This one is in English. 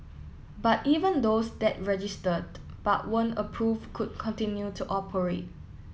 but even those that registered but weren't approve could continue to operate